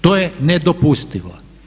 To je nedopustivo!